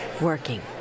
working